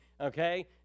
okay